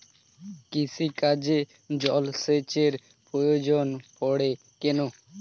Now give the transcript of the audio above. কৃষিকাজে জলসেচের প্রয়োজন পড়ে কেন?